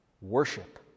Worship